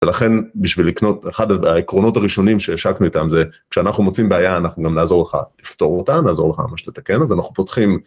ולכן בשביל לקנות, אחד העקרונות הראשונים שהשקנו איתם זה כשאנחנו מוצאים בעיה אנחנו גם לעזור לך לפתור אותה. נעזור לך ממש לתקן אז אנחנו פותחים.